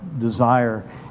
desire